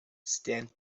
stand